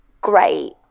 great